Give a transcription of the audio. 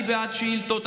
אני בעד שאילתות,